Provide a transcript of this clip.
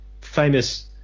famous